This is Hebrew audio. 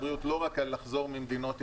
החברות הזרות לא רוצות להחזיר את החוב.